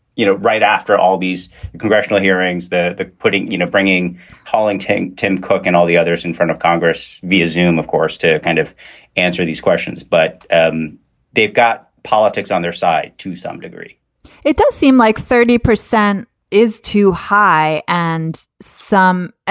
you know, right after all these congressional hearings, the the putting, you know, bringing hollington, tim cook and all the others in front of congress, we assume, of course, to kind of answer these questions. but and they've got politics on their side. to some degree it does seem like thirty percent is too high and some.